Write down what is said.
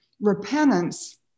repentance